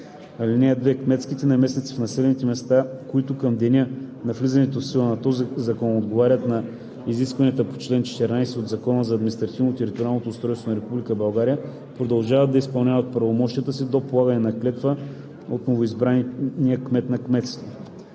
(2) Кметските наместници в населените места, които към деня на влизането в сила на този закон отговарят на изискванията на чл. 14 от Закона за административно-териториалното устройство на Република България, продължават да изпълняват правомощията си до полагане на клетва от новоизбрания кмет на кметство.